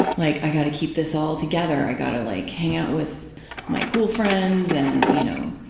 like, i've got to keep this all together, i've got to like hang out with my cool friends and, you know,